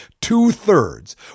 two-thirds